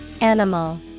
animal